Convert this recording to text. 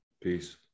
peace